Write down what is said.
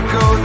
go